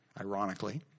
ironically